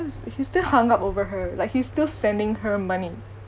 he's still hung up over her like he's still sending her money